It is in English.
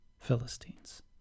Philistines